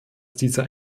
dieser